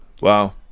wow